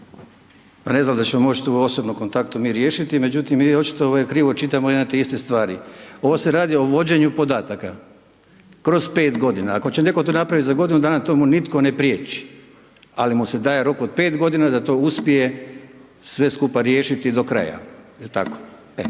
Ne znam dal ćemo to moći u osobnom kontaktu mi riješiti, međutim, mi očito krivo čitamo jedne te iste stvari. Ovo se radi o vođenju podataka kroz 5 g. ako će netko to napraviti za godinu dana, to mu nitko ne prijeći, ali mu se daje rok od 5 g. da to uspije sve kupa riješiti do kraja, jel tako?